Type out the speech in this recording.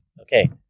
Okay